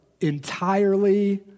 entirely